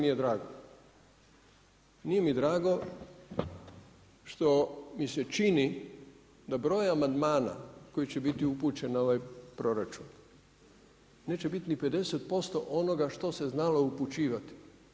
Nije mi drago što mi se čini da broj amandmana koji će biti upućen na ovaj proračun, neće biti ni 50% onoga što se znalo upućivati.